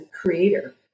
creator